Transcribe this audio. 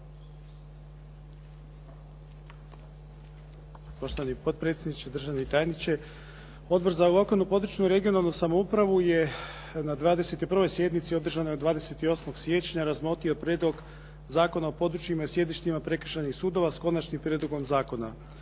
Poštovani potpredsjedniče, državni tajniče, Odbor za lokalnu, područnu i regionalnu samoupravu je na 21. sjednici održanoj 28. siječnja razmotrio Prijedlog zakona o područjima i sjedištima prekršajnih sudova sa konačnim prijedlogom zakona